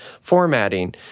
formatting